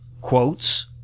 quotes